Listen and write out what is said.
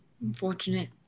Unfortunate